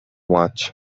much